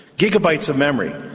gigabytes of memory,